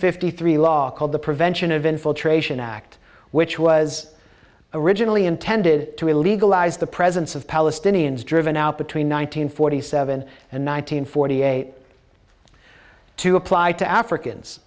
fifty three law called the prevention of infiltration act which was originally intended to legalize the presence of palestinians driven out between one nine hundred forty seven and nine hundred forty eight to apply to africans